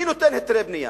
מי נותן היתרי בנייה?